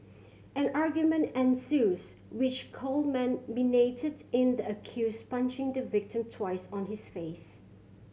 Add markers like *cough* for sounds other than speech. an argument ensues which *unintelligible* in the accused punching the victim twice on his face